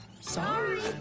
Sorry